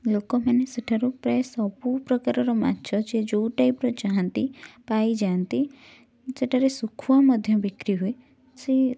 ଲୋକମାନେ ସେଠାରୁ ପ୍ରାୟ ସବୁପ୍ରକାର ର ମାଛ ଯିଏ ଯେଉଁ ଟାଇପର ଚାହାନ୍ତି ପାଇଯାନ୍ତି ସେଠାରେ ଶୁଖୁଆ ମଧ୍ୟ ବିକ୍ରୀ ହୁଏ ସେ